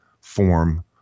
form